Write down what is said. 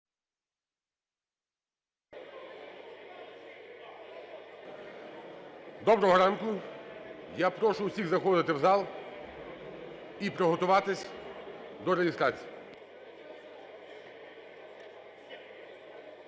Доброго ранку! Я прошу всіх заходити в зал і приготуватись до реєстрації.